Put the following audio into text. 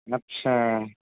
ଆଚ୍ଛା